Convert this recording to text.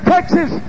Texas